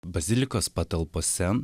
bazilikos patalpose